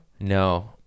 no